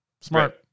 smart